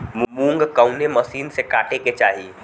मूंग कवने मसीन से कांटेके चाही?